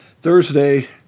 Thursday